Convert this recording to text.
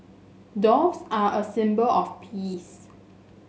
doves are a symbol of peace